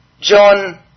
John